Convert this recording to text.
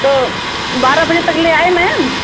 तो बारह बजे तक ले आए मैम